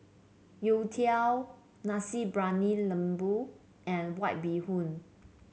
youtiao Nasi Briyani Lembu and White Bee Hoon